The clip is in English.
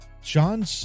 John